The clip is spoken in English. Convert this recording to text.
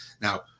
Now